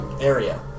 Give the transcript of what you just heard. area